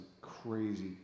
crazy